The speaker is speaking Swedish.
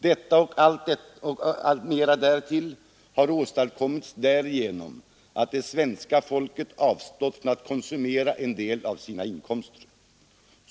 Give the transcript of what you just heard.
Detta allt och mera därtill har åstadkommits därigenom att det svenska folket avstått från att konsumera en del av sina inkomster.